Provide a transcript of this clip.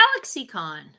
GalaxyCon